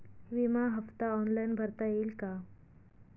विमा हफ्ता ऑनलाईन भरता येईल का?